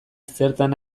zertan